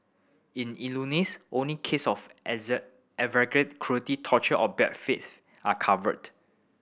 in Illinois only case of exact aggravate cruelty torture or bad faith are covered